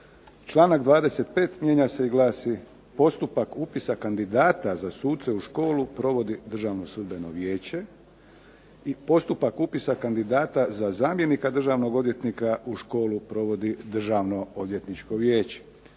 "Članak 25. mijenja se i glasi: Postupak upisa kandidata za suce u školu provodi Državno sudbeno vijeće. I postupak upisa kandidata za zamjenika državnog odvjetnika u školu provodi Državno odvjetničko vijeće."